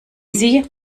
sie